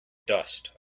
dust